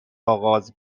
آغاز